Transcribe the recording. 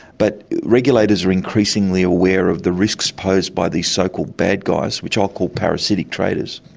but regulators are increasingly aware of the risks posed by these so-called bad guys, which i'll call parasitic traders.